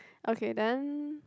okay then